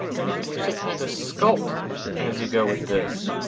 and you can actually kind of sculpt as you go with this,